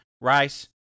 rice